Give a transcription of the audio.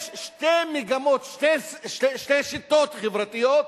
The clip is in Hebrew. יש שתי מגמות, שתי שיטות חברתיות,